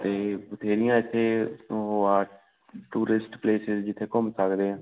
ਅਤੇ ਬਥੇਰੀਆਂ ਇੱਥੇ ਉਹ ਆ ਟੂਰਿਸਟ ਪਲੇਸਿਸ ਜਿੱਥੇ ਘੁੰਮ ਸਕਦੇ ਹਾਂ